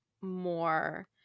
more